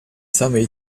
三维